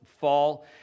fall